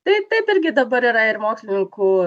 taip taip irgi dabar yra ir mokslininkų